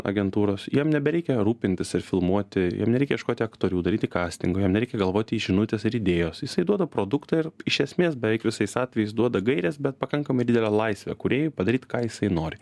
agentūros jam nebereikia rūpintis ir filmuoti jam nereikia ieškoti aktorių daryti kastingo jam nereikia galvoti žinutės ir idėjos jisai duoda produktą ir iš esmės beveik visais atvejais duoda gaires bet pakankamai didelę laisvę kūrėjui padaryt ką jisai nori